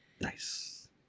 Nice